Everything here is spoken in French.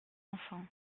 enfant